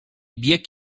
bieg